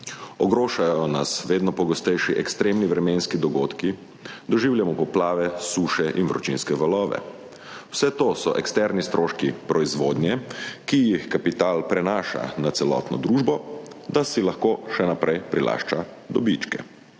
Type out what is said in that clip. Ogrožajo nas vedno pogostejši ekstremni vremenski dogodki, doživljamo poplave, suše in vročinske valove. Vse to so eksterni stroški proizvodnje, ki jih kapital prenaša na celotno družbo, da si lahko še naprej prilašča dobičke.